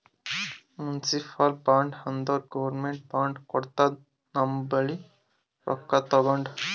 municipal bond ಅಂದುರ್ government bond ಕೊಡ್ತುದ ನಮ್ ಬಲ್ಲಿ ರೊಕ್ಕಾ ತಗೊಂಡು